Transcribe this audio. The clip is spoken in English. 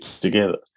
together